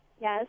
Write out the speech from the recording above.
yes